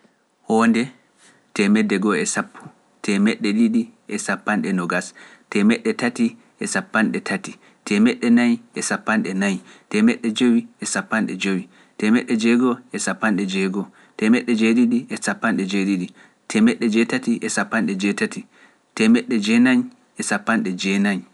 Hownde, teemedde go'o e sappo, teemeɗɗe ɗiɗi sappanɗe nogas, teemeɗɗe tati e sappanɗe tati, teemeɗɗe nayi e sappanɗe nayi, teemeɗɗe jowi e sappanɗe jowi, teemeɗɗe joweego'o e sappanɗe joweego'o, teemeɗɗe joweeɗiɗi e sappanɗe joweeɗiɗi, teemeɗɗe joweetati e sappanɗe joweetati, teemeɗɗe joweenayi e sappanɗe joweenayi.